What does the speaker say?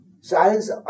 Science